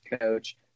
coach